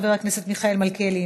חבר הכנסת מיכאל מלכיאלי,